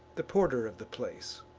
the porter of the place.